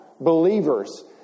believers